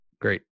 Great